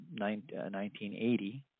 1980